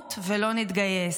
נמות ולא נתגייס.